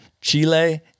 Chile